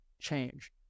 change